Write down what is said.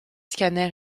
scanner